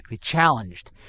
challenged